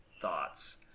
thoughts